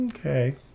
Okay